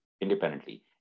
independently